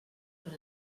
per